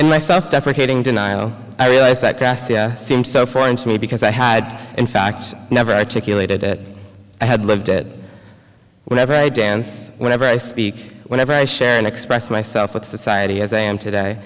in my self deprecating denial i realized that casting seems so foreign to me because i had in fact never articulated it i had lived it whenever i dance whenever i speak whenever i share and express myself with society as i am today